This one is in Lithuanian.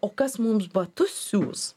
o kas mums batus siūs